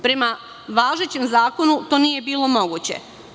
Prema važećem zakonu to nije bilo moguće.